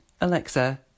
Alexa